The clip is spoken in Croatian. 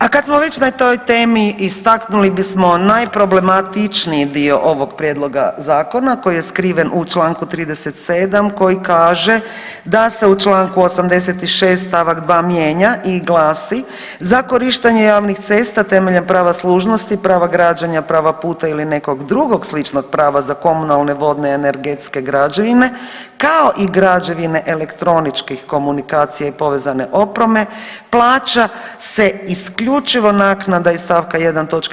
A kad smo već na toj temi, istaknuli bismo najproblematičniji dio ovog Prijedloga zakona koji je skriven u čl. 37 koji kaže da se u čl. 86 st. 2 mijenja i glasi, za korištenje javnih cesta temeljem prava služnosti, prava građenja, prava puta ili nekog drugog sličnog prava za komunalne, vodne, energetske građevine, kao i građevine elektroničkih komunikacija i povezane opreme, plaća se isključivo naknada iz st. 1. toč.